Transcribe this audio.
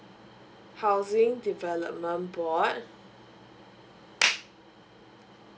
housing development board